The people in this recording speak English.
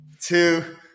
two